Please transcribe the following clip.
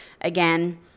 again